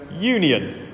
union